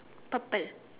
purple